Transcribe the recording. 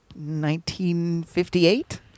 1958